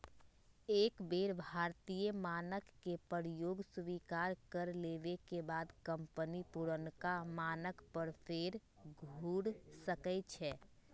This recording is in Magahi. एक बेर भारतीय मानक के प्रयोग स्वीकार कर लेबेके बाद कंपनी पुरनका मानक पर फेर घुर सकै छै